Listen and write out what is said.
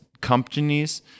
companies